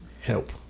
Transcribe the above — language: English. help